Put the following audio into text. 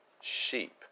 sheep